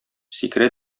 сикерә